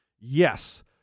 Yes